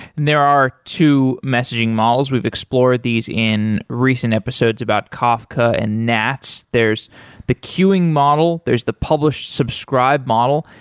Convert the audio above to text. there are two messaging models. we've explored these in recent episodes about kafka and nats. there's the queuing model, there's the publish-subscribe model.